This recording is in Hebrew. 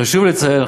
חשוב לציין,